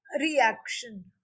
reaction